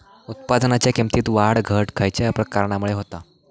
उत्पादनाच्या किमतीत वाढ घट खयल्या कारणामुळे होता?